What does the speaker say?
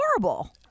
horrible